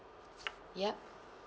yup